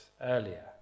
earlier